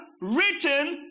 written